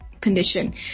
condition